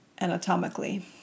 anatomically